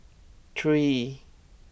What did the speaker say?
three